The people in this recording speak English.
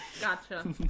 Gotcha